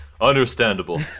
Understandable